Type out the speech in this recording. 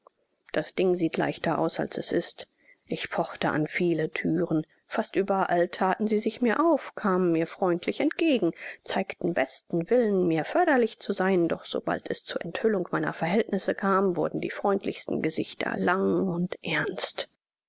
das ding sieht leichter aus als es ist ich pochte an viele thüren fast überall thaten sie sich mir auf kamen mir freundlich entgegen zeigten besten willen mir förderlich zu sein doch sobald es zur enthüllung meiner verhältnisse kam wurden die freundlichsten gesichter lang und ernst